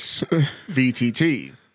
VTT